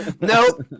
Nope